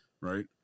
right